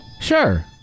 Sure